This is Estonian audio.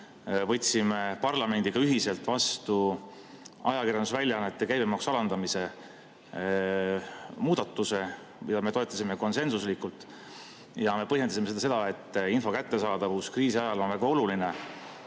maikuus parlamendis ühiselt vastu ajakirjandusväljaannete käibemaksu alandamise muudatuse, mida me toetasime konsensuslikult. Me põhjendasime seda sellega, et info kättesaadavus on kriisiajal väga oluline.